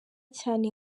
cyane